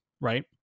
right